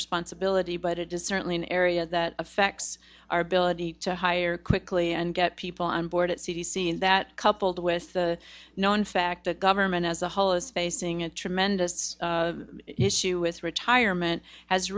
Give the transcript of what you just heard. responsibility but it is certainly an area that affects our ability to hire quickly and get people on board at c d c and that coupled with the known fact that government as a whole is facing a tremendous issue with retirement has